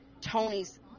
Tony's